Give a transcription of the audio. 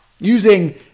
using